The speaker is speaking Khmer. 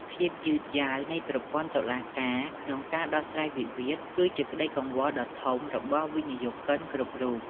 ភាពយឺតយ៉ាវនៃប្រព័ន្ធតុលាការក្នុងការដោះស្រាយវិវាទ គឺជាក្តីកង្វល់ដ៏ធំរបស់វិនិយោគិនគ្រប់រូប។